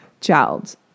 child